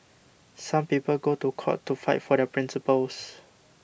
some people go to court to fight for their principles